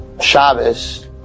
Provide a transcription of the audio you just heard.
Shabbos